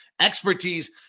expertise